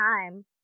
time